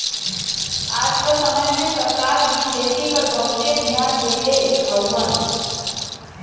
आज क समय में सरकार भी खेती पे बहुते धियान देले हउवन